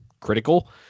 critical